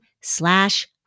slash